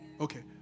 Okay